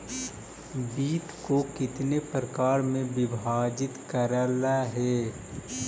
वित्त को कितने प्रकार में विभाजित करलइ हे